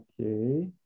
Okay